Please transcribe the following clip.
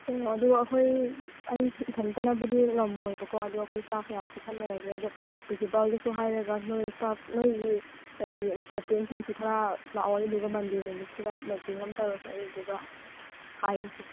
ꯑꯣ ꯑꯗꯣ ꯑꯩꯈꯣꯏ ꯑꯩꯁꯨ ꯏꯊꯟꯇꯥꯅꯕꯨꯗꯤ ꯉꯝꯃꯣꯏꯕꯀꯣ ꯑꯗꯣ ꯑꯩꯈꯣꯏ ꯁ꯭ꯇꯥꯐ ꯃꯌꯥꯝꯁꯤ ꯈꯟꯅꯔꯒꯦ ꯑꯗꯣ ꯄ꯭ꯔꯤꯟꯁꯤꯄꯦꯜꯗꯁꯨ ꯍꯥꯏꯔꯒ ꯅꯣꯏ ꯁ꯭ꯇꯥꯐ ꯅꯣꯏꯒꯤ ꯀꯩꯒꯤ ꯀꯦꯞꯇꯦꯟꯁꯤꯡꯁꯨ ꯈꯔ ꯂꯥꯛꯑꯣ ꯑꯗꯨꯗꯨꯒ ꯃꯟꯗꯦ ꯅꯨꯃꯤꯠꯁꯤꯗ ꯃꯦꯇꯤꯡ ꯑꯃ ꯇꯧꯔꯁꯦ ꯑꯗꯨꯗꯨꯒ ꯍꯥꯏꯔꯁꯦ